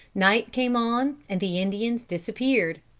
night came on, and the indians disappeared.